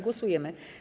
Głosujemy.